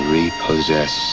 repossess